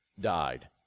died